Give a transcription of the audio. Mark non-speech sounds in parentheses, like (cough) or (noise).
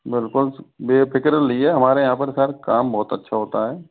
बिल्कुल बेफिक्र (unintelligible) हमारे यहाँ पर सर काम बहुत अच्छा होता है